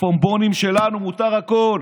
לצפונבונים שלנו מותר הכול.